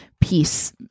peace